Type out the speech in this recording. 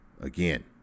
again